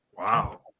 Wow